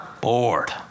bored